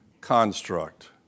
construct